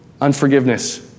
unforgiveness